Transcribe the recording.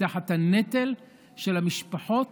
תחת הנטל של המשפחות